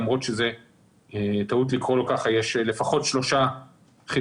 למרות שזו טעות לקרוא לו ככה יש לפחות שלושה חיסונים